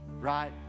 right